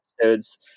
episodes